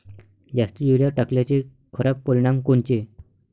जास्त युरीया टाकल्याचे खराब परिनाम कोनचे?